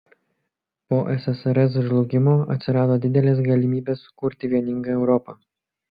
po ssrs žlugimo atsirado didelės galimybės sukurti vieningą europą